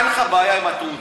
אין לך בעיה עם התעודה,